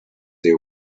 they